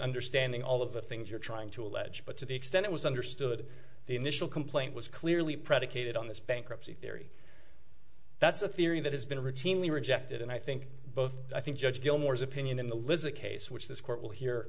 understanding all of the things you're trying to allege but to the extent it was understood the initial complaint was clearly predicated on this bankruptcy theory that's a theory that has been routinely rejected and i think both i think judge gilmore's opinion in the lizard case which this